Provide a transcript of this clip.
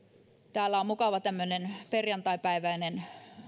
täällä salissa on tämmöinen mukava perjantaipäiväinen